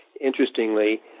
interestingly